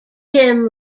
jim